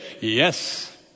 yes